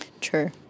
True